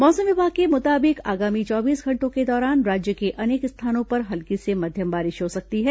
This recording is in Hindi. मौसम विभाग के मुताबिक आगामी चौबीस घंटों के दौरान राज्य के अनेक स्थानों पर हल्की से मध्यम बारिश हो सकती है